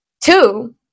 Two